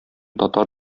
татар